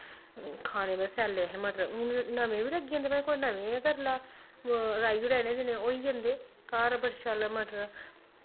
खाने बो सैल्ले असें मटर हून नमें बी लग्गी जंदे भाएं कोई नमें गै करी लै रहाई ओड़ै इ'नें दिनें होई जंदे घर बड़े शैल मटर